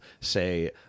say